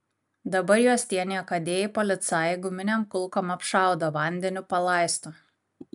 dabar juos tie niekadėjai policajai guminėm kulkom apšaudo vandeniu palaisto